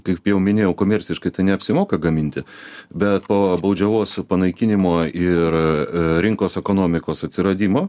taip jau minėjau komerciškai tai neapsimoka gaminti bet po baudžiavos panaikinimo ir rinkos ekonomikos atsiradimo